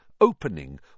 opening